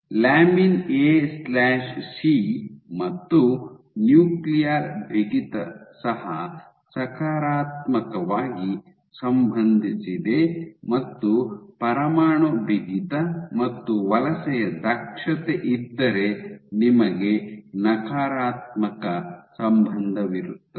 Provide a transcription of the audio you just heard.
lamin A C lamin AC ಮತ್ತು nuclear ಬಿಗಿತ ಸಹ ಸಕಾರಾತ್ಮಕವಾಗಿ ಸಂಬಂಧಿಸಿದೆ ಮತ್ತು ಪರಮಾಣು ಬಿಗಿತ ಮತ್ತು ವಲಸೆಯ ದಕ್ಷತೆ ಇದ್ದರೆ ನಿಮಗೆ ನಕಾರಾತ್ಮಕ ಸಂಬಂಧವಿರುತ್ತದೆ